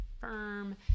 firm